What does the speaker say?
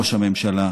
ראש הממשלה,